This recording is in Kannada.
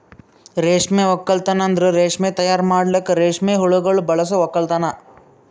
ರೇಷ್ಮೆ ಒಕ್ಕಲ್ತನ್ ಅಂದುರ್ ರೇಷ್ಮೆ ತೈಯಾರ್ ಮಾಡಲುಕ್ ರೇಷ್ಮೆ ಹುಳಗೊಳ್ ಬಳಸ ಒಕ್ಕಲತನ